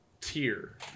tier